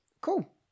Cool